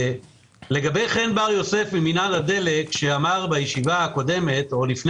לגבי חן בר יוסף ממינהל הדלק שאמר בישיבה הקודמת או לפני